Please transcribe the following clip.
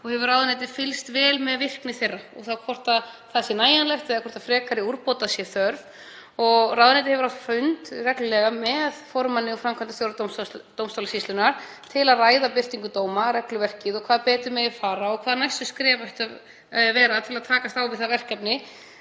og hefur ráðuneytið fylgst vel með virkni þeirra og þá hvort það sé nægjanlegt eða hvort frekari úrbóta sé þörf. Ráðuneytið hefur átt fundi reglulega með formanni og framkvæmdastjóra dómstólasýslunnar til að ræða birtingu dóma, regluverkið og hvað betur megi fara og hvaða næstu skref ættu að vera til að takast á við það verkefni